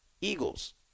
Eagles